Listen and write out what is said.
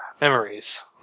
memories